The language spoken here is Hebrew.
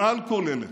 מעל כל אלה,